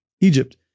Egypt